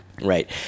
Right